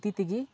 ᱫᱷᱩᱛᱤ ᱛᱮᱜᱮ